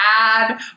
bad